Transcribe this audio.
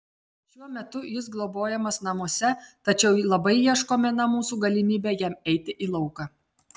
šiuo metu jis globojamas namuose tačiau labai ieškome namų su galimybe jam eiti į lauką